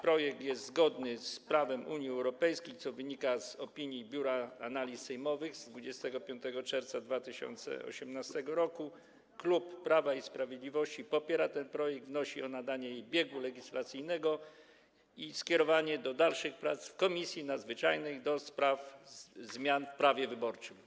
Projekt jest zgodny z prawem Unii Europejskiej, co wynika z opinii Biura Analiz Sejmowych z 25 czerwca 2018 r. Klub Prawo i Sprawiedliwość popiera ten projekt, wnosi o nadanie mu biegu legislacyjnego i skierowanie do dalszych prac w Komisji Nadzwyczajnej do spraw zmian w prawie wyborczym.